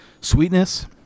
sweetness